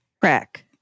Crack